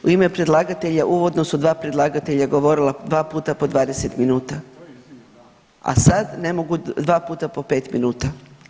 U ime predlagatelja uvodno su 2 predlagatelja govorila 2 puta po 20 minuta, a sad ne mogu 2 puta po 5 minuta.